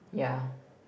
ya